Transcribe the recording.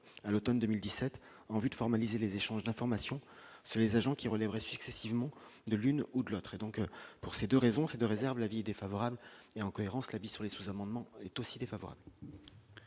à l'Automne 2017 en vue de formaliser les échanges d'informations sur les agents qui relèverait successivement de l'une ou de l'autre, et donc pour ces 2 raisons, c'est de réserves l'avis défavorable et en cohérence la vie sur les sous-amendements est aussi défavorable.